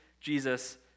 Jesus